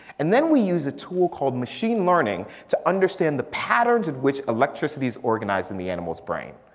and then we use a tool called machine learning to understand the patterns of which electricities organized in the animal's brain.